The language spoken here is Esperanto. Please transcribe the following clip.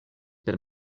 per